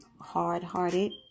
hard-hearted